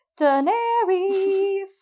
Daenerys